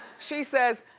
she says,